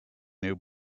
new